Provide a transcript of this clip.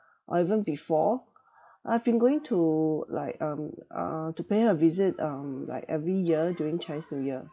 or even before I've been going to like um uh to pay her a visit um like every year during chinese new year